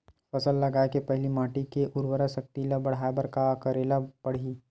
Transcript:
फसल लगाय के पहिली माटी के उरवरा शक्ति ल बढ़ाय बर का करेला पढ़ही?